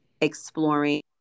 exploring